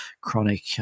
chronic